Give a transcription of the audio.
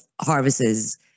harvests